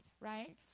right